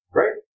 Great